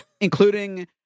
including